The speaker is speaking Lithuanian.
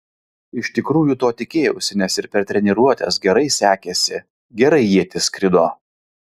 iš tikrųjų to tikėjausi nes ir per treniruotes gerai sekėsi gerai ietis skrido